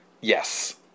Yes